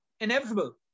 inevitable